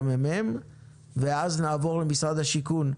ואז נעבור למשרד השיכון,